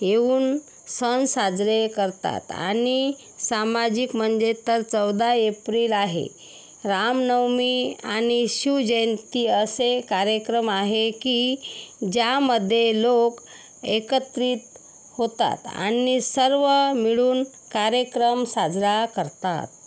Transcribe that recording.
येऊन सण साजरे करतात आणि सामाजिक म्हंजे तर चौदा एप्रिल आहे रामनवमी आणि शिवजयंती असे कार्यक्रम आहे की ज्यामधे लोक एकत्रित होतात आणि सर्व मिळून कार्यक्रम साजरा करतात